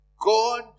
God